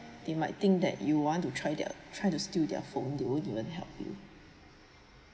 they might think that you want to try their try to steal their phone they won't even help you